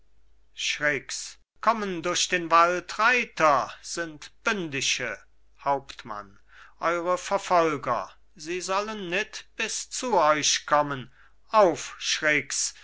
schricks kommen durch den wald reiter sind bündische hauptmann eure verfolger sie sollen nit bis zu euch kommen